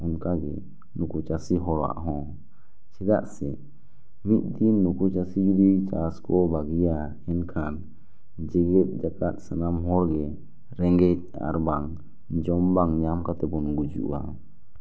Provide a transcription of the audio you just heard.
ᱚᱱᱠᱟ ᱜᱮ ᱱᱩᱠᱩ ᱪᱟᱹᱥᱤ ᱦᱚᱲᱟᱜ ᱦᱚᱸ ᱪᱮᱫᱟᱜ ᱥᱮ ᱢᱤᱫ ᱫᱤᱱ ᱢᱩᱠᱩ ᱪᱟᱹᱥᱤ ᱡᱩᱫᱤ ᱪᱟᱥ ᱠᱚ ᱵᱟᱹᱜᱤᱭᱟ ᱮᱱᱠᱷᱟᱱ ᱡᱮᱦᱮᱛ ᱡᱟᱠᱟᱛ ᱥᱟᱱᱟᱢ ᱦᱚᱲ ᱜᱮ ᱨᱮᱸᱜᱮᱡ ᱟᱨᱵᱟᱝ ᱡᱚᱢ ᱵᱟᱝ ᱧᱟᱢ ᱠᱟᱛᱮ ᱵᱚᱱ ᱜᱩᱡᱩᱜᱼᱟ